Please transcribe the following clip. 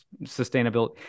sustainability